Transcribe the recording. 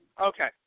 Okay